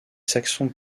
saxons